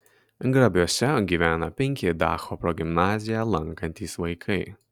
grabiuose gyvena penki dacho progimnaziją lankantys vaikai